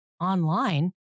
online